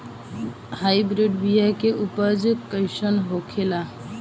Hybrid बीया के उपज कैसन होखे ला?